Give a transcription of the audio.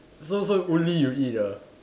so so only you eat ah